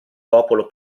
popolo